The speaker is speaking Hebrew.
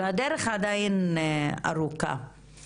והדרך עדיין ארוכה.